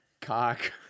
Cock